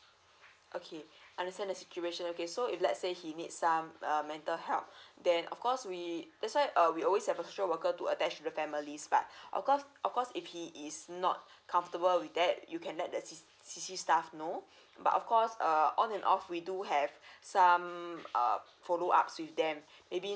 okay I understand the situation okay so if let's say he needs some um mental help then of course we that's why uh we always have a social worker to attach the family back of course of course if he is not comfortable with that you can let the C_C staff know but of course err on and off we do have some err follow up with them maybe